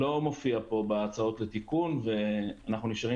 זה לא מופיע פה בהצעות לתיקון ואנחנו נשארים